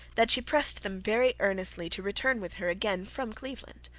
that she pressed them very earnestly to return with her again from cleveland.